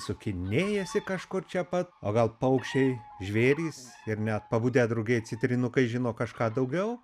sukinėjasi kažkur čia pat o gal paukščiai žvėrys ir net pabudę drugiai citrinukai žino kažką daugiau